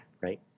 right